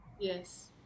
Yes